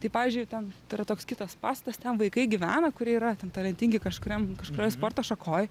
tai pavyzdžiui ten tai yra toks kitas pastatas ten vaikai gyvena kurie yra ten talentingi kažkuriam kažkurioj sporto šakoj